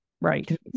Right